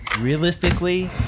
realistically